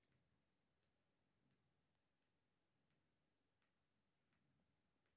कोय भी अनाज के बेचै के लेल बाजार में कोना बेचल जाएत ताकि अच्छा भाव भेटत?